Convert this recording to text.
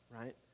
right